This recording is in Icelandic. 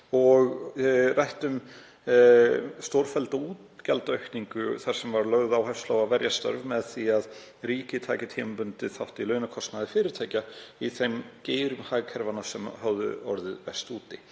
og rætt um stórfellda útgjaldaaukningu þar sem lögð var áhersla á að verja störf með því að ríkið tæki tímabundið þátt í launakostnaði fyrirtækja í þeim geirum hagkerfanna sem höfðu orðið verst úti.